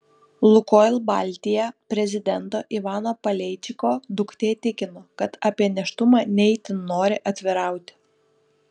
lukoil baltija prezidento ivano paleičiko duktė tikino kad apie nėštumą ne itin nori atvirauti